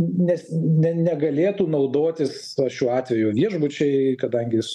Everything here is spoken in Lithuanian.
nes ne negalėtų naudotis šiuo atveju viešbučiai kadangi jis